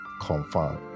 confirm